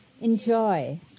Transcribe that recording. Enjoy